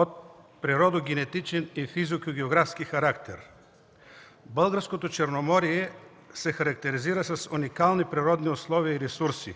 от природогенетичен и физикогеографски характер Българското Черноморие се характеризира с уникални природни условия и ресурси.